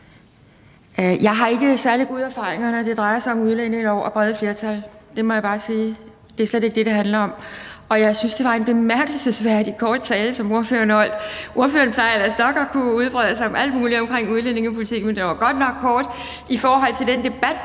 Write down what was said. Jeg har ikke særlig gode erfaringer, når det drejer sig om udlændingelov og brede flertal. Det må jeg bare sige. Det er slet ikke det, det handler om. Og jeg synes, det var en bemærkelsesværdig kort tale, som ordføreren holdt. Ordføreren plejer ellers nok at kunne udbrede sig om alt muligt omkring udlændingepolitikken, men talen var godt nok kort i forhold til den debat,